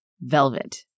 Velvet